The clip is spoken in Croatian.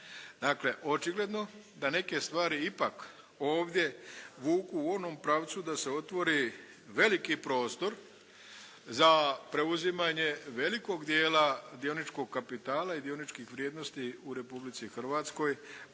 Dakle, očigledno da neke stvari ipak ovdje vuku u onom pravcu da se otvori veliki prostor za preuzimanje velikog dijela dioničkog kapitala i dioničkih vrijednosti u Republici Hrvatskoj